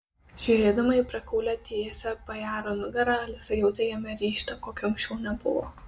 žiūrėdama į prakaulią tiesią bajaro nugarą alisa jautė jame ryžtą kokio anksčiau nebuvo